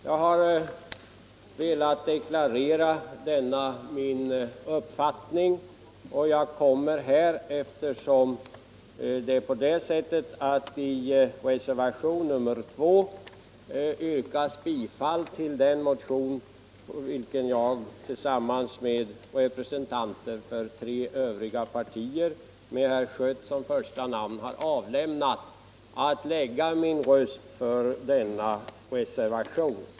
Jag har velat deklarera denna min uppfattning och kommer, eftersom det i reservationen 2 yrkas bifall till den motion jag avlämnat tillsammans med representanter för tre övriga partier, med herr Schött som första namn, att lägga min röst för denna reservation.